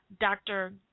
dr